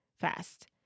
fast